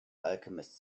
alchemist